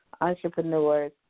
entrepreneurs